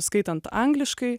skaitant angliškai